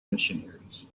missionaries